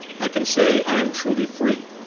i can say i am truly free.